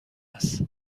هست